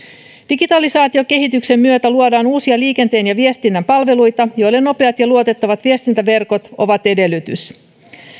digitalisaatiokehityksen myötä luodaan uusia liikenteen ja viestinnän palveluita joille nopeat ja luotettavat viestintäverkot ovat edellytys